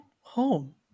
home